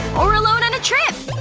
or alone on a trip!